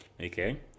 okay